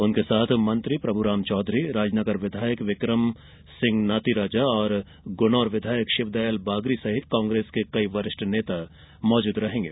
उनके साथ मंत्री प्रभुराम चौधरी राजनगर विधायक विक्रमसिंह नातीराजा ग्नोर विधायक शिवदयाल बागरी सहित कांग्रेस के वरिष्ठ नेता मौजूद रहेंगे